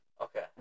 Okay